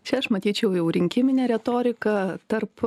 čia aš matyčiau jau rinkiminę retoriką tarp